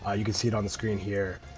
ah you can see it on the screen here.